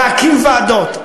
להקים ועדות.